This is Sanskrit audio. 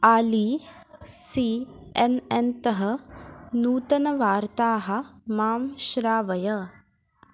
आली सि एन् एन् तः नूतनवार्ताः मां श्रावय